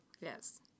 Yes